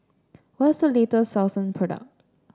what is the latest Selsun product